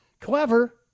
Clever